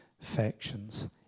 factions